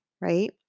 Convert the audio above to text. right